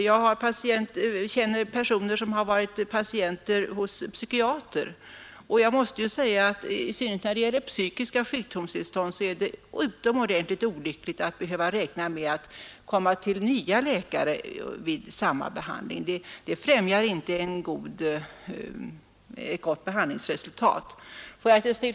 Jag känner personer som varit patienter hos psykiater och som fått byta läkare, och i synnerhet när det gäller psykiska sjukdomstillstånd är det naturligtvis olyckligt att behöva räkna med att komma till nya läkare vid samma behandling. Det främjar inte ett gott behandlingsresultat.